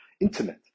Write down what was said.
intimate